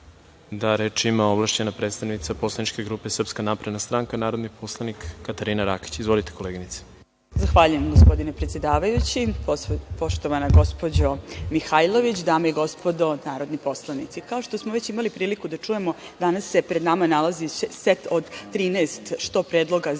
reč? Reč ima ovlašćena predstavnica poslaničke grupe SNS, narodni poslanik Katarina Rakić. Izvolite, koleginice. **Katarina Rakić** Zahvaljujem, gospodin predsedavajući. Poštovana gospođo Mihajlović, dame i gospodo narodni poslanici, kao što smo već imali priliku da čujemo, danas se pred nama nalazi set od 13, što predloga